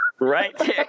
Right